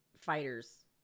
fighters